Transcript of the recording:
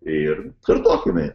ir kartokime